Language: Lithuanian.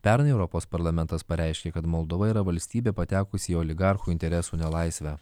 pernai europos parlamentas pareiškė kad moldova yra valstybė patekusi į oligarchų interesų nelaisvę